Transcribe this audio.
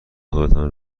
خودتان